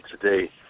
today